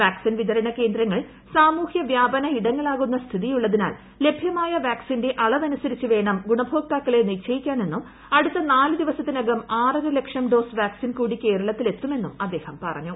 vaccine വിതരണ കേന്ദ്രങ്ങൾ സാമൂഹ്യവ്യാപന ഇടങ്ങളാകുന്ന സ്ഥിതിയുള്ളതിനാൽ ലഭ്യമായ വാക്സിന്റെ അളവനുസരിച്ച് വേണം ഗുണഭോക്താക്കളെ നിശ്ചയിക്കാനെന്നും അടുത്ത നാലുദിവസത്തിനകം ആറരലക്ഷം ഡോസ് വാക്സിൻ കൂടി കേരളത്തിലെത്തുമെന്നും അദ്ദേഹം പറഞ്ഞു